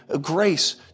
grace